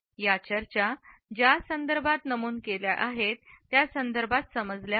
या चर्चा ज्या संदर्भात नमूद केल्या आहेत त्या संदर्भात समजल्या पाहिजेत